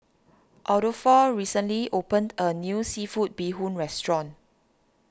Adolfo recently opened a new Seafood Bee Hoon Restaurant